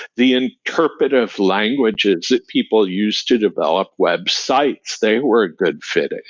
the interpretive languages that people use to develop websites, they were a good fit.